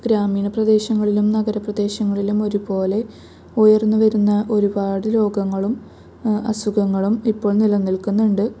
ഗ്രാമീണ പ്രദേശങ്ങളിലും നഗര പ്രദേശങ്ങളിലും ഒരുപോലെ ഉയര്ന്ന് വരുന്ന ഒരുപാട് രോഗങ്ങളും അസുഖങ്ങളും ഇപ്പോള് നിലനില്ക്കുന്നുണ്ട്